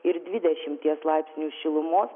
ir dvidešimties laipsnių šilumos